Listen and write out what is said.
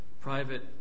private